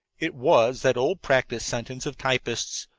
it was that old practice sentence of typists,